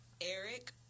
Eric